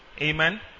Amen